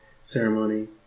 ceremony